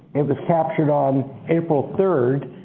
it was captured on april third.